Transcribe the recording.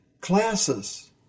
classes